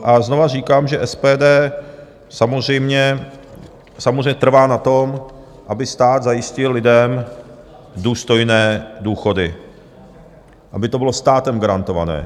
A znova říkám, že SPD samozřejmě trvá na tom, aby stát zajistil lidem důstojné důchody, aby to bylo státem garantované.